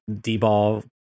D-ball